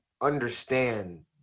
understand